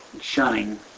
shunning